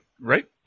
right